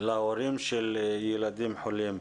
להורים של ילדים חולים.